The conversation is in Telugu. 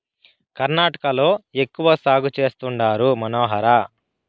కర్ణాటకలో ఎక్కువ సాగు చేస్తండారు మనోహర